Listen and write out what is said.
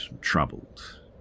troubled